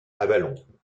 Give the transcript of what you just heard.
avallon